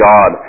God